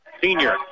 senior